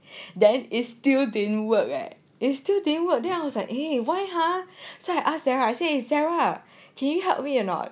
then is still didn't work where is still didn't work then I was like uh why ah so I ask sarah I say sarah helped me or not